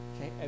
Okay